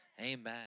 Amen